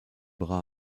bras